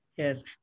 Yes